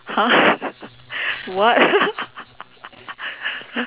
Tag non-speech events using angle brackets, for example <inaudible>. !huh! <laughs> what <laughs>